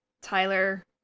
Tyler